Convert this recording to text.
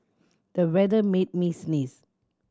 the weather made me sneeze